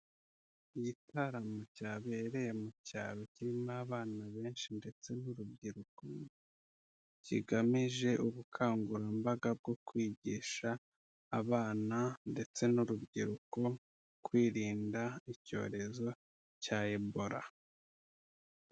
Igitaramo cyabereye mu cyaro kirimo abana benshi ndetse n'urubyiruko, kigamije ubukangurambaga bwo kwigisha abana ndetse n'urubyiruko kwirinda icyorezo cya Ebola.